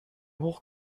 hoch